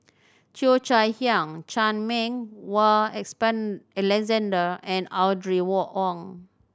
Cheo Chai Hiang Chan Meng Wah Alexander and Audrey war Wong